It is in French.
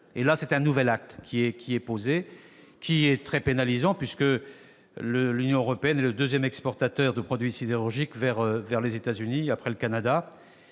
le retrait. Un nouvel acte en est ici posé. Il est très pénalisant, puisque l'Union européenne est le deuxième exportateur de produits sidérurgiques vers les États-Unis, après le Canada.